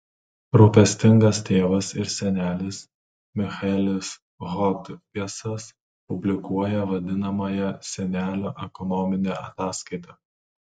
rūpestingas tėvas ir senelis michaelis hodgesas publikuoja vadinamąją senelio ekonominę ataskaitą